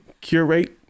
curate